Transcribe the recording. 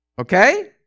Okay